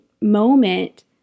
moment